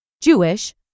Jewish